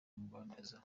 mugwaneza